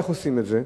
איך עושים את זה.